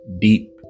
deep